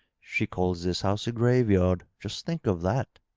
she calls this house a graveyard. just think of that!